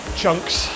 chunks